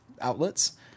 outlets